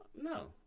No